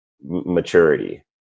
maturity